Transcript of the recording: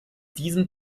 diesem